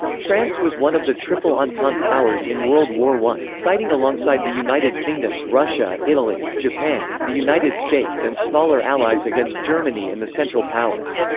france was one of the triple entente powers in world war i, fighting alongside the united kingdom, russia, italy, japan, the united states and smaller allies against germany and the central powers.